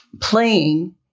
playing